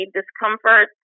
discomfort